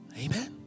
Amen